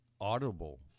audible